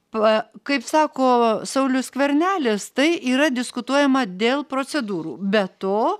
pa kaip sako saulius skvernelis tai yra diskutuojama dėl procedūrų be to